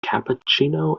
cappuccino